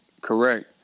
correct